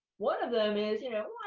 one of them is, you know,